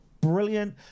brilliant